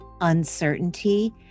uncertainty